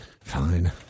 fine